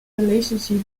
relationship